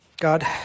God